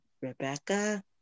Rebecca